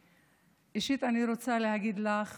ראשית, אני רוצה להגיד לך